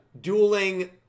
Dueling